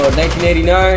1989